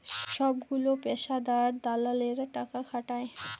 সবগুলো পেশাদার দালালেরা টাকা খাটায়